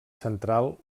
central